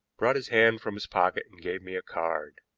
brought his hand from his pocket and gave me a card.